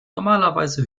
normalerweise